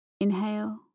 Inhale